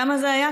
כמה זה היה,